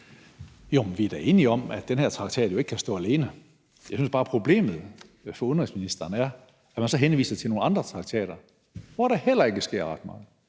Jo, vi er da enige om, at den her traktat ikke kan stå alene. Jeg synes bare, at problemet for udenrigsministeren er, at man så henviser til nogle andre traktater, hvor der heller ikke sker ret